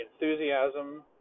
enthusiasm